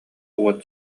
уот